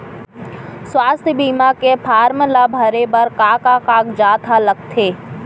स्वास्थ्य बीमा के फॉर्म ल भरे बर का का कागजात ह लगथे?